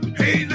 hey